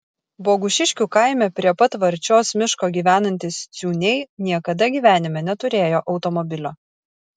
bogušiškių kaime prie pat varčios miško gyvenantys ciūniai niekada gyvenime neturėjo automobilio